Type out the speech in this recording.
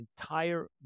entire